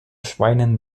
schweinen